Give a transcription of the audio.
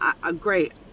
great